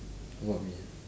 what me ah